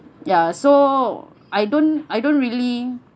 ya so I don't I don't really